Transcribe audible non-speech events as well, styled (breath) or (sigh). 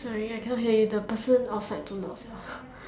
sorry I cannot hear you the person outside too loud sia (breath)